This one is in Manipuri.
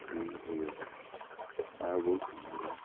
ꯀꯔꯤ ꯍꯥꯏꯒꯦꯔꯥ ꯃꯥꯔꯕꯣꯜ ꯁꯥꯟꯅꯕ